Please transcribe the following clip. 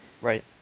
Right